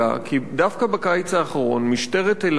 כי דווקא בקיץ האחרון משטרת תל-אביב